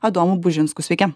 adomu bužinsku sveiki